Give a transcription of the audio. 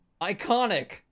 Iconic